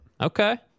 Okay